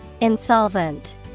Insolvent